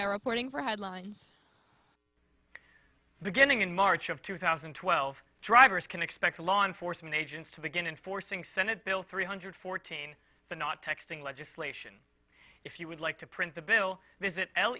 reporting for headlines beginning in march of two thousand and twelve drivers can expect the law enforcement agents to begin enforcing senate bill three hundred fourteen but not texting legislation if you would like to print the bill visit l